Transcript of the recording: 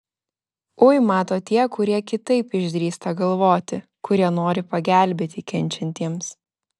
ui mato tie kurie kitaip išdrįsta galvoti kurie nori pagelbėti kenčiantiems